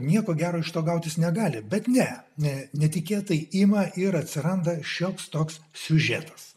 nieko gero iš to gautis negali bet ne ne netikėtai ima ir atsiranda šioks toks siužetas